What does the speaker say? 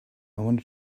wanted